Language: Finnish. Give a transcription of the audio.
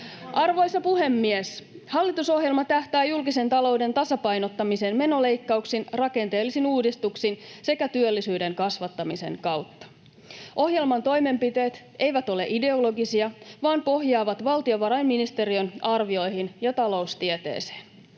Arvoisa puhemies! Hallitusohjelma tähtää julkisen talouden tasapainottamiseen menoleikkauksin, rakenteellisin uudistuksin sekä työllisyyden kasvattamisen kautta. Ohjelman toimenpiteet eivät ole ideologisia vaan pohjaavat valtiovarainministeriön arvioihin ja taloustieteeseen.